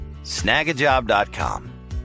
Snagajob.com